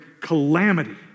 calamity